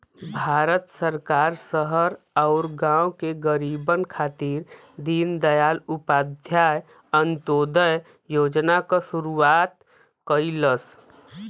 भारत सरकार शहर आउर गाँव के गरीबन खातिर दीनदयाल उपाध्याय अंत्योदय योजना क शुरूआत कइलस